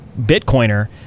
bitcoiner